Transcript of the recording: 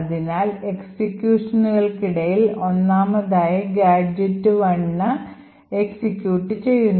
അതിനാൽ എക്സിക്യൂഷനുകൾക്കിടയിൽ ഒന്നാമതായി ഗാഡ്ജെറ്റ് 1 എക്സിക്യൂട്ട് ചെയ്യുന്നു